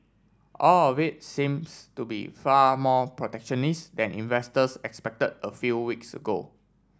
all of it seems to be far more protectionist than investors expected a few weeks ago